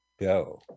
go